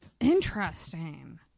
Interesting